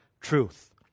truth